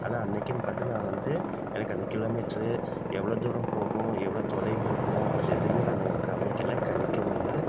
ஆனால் அன்னைக்கின்னு பார்த்து நான் வந்து எனக்கு அந்த கிலோமீட்ரு எவ்வளோ தூரம் போகும் எவ்வளோ தொலைவு இருக்கும் அது எதுவுமே நான் கவனிக்கலை கணிக்கவும் இல்லை